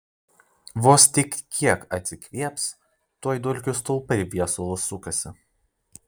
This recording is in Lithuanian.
vos tik kiek atsikvėps tuoj dulkių stulpai viesulu sukasi